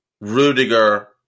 Rudiger